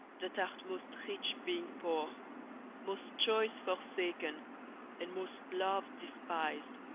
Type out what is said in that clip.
that art most rich, being poor most choice, forsaken and most lov'd, despis'd!